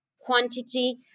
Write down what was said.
quantity